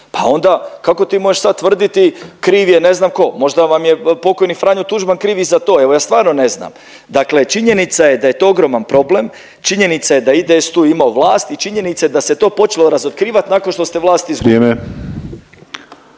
pa onda kako ti možeš sad tvrditi kriv je ne znam ko, možda vam je pokojni Franjo Tuđman kriv i za to, evo ja stvarno ne znam. Dakle činjenica je da je to ogroman problem, činjenica je da je IDS tu imao vlast i činjenica je da se to počelo razotkrivat nakon što ste vlast